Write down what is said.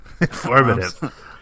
Informative